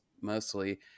mostly